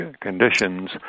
conditions